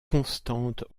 constante